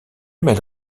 mêle